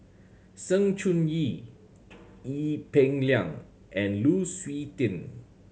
Sng Choon Yee Ee Peng Liang and Lu Suitin